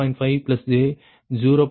5 j 0